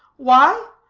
why?